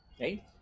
right